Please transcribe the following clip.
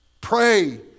Pray